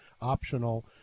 optional